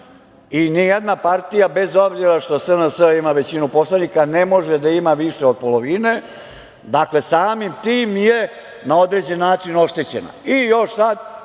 i ni jedna partija, bez obzira što SNS ima većinu poslanika, ne može da ima više od polovine, dakle samim tim je na određen način oštećena, i još sad